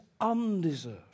undeserved